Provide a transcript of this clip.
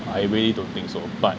I really don't think so but